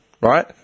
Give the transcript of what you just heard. right